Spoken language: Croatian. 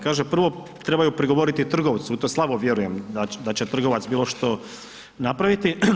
Kaže, prvo trebaju prigovoriti trgovcu, u to slabo vjerujem da će trgovac bilo što napraviti.